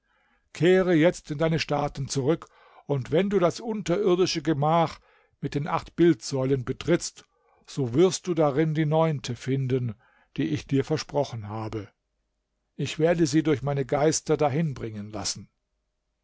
kehre jetzt in deine staaten zurück und wenn du das unterirdische gernach mit den acht bildsäulen betrittst so wirst du darin die neunte finden die ich dir versprochen habe ich werde sie durch meine geister dahin bringen lassen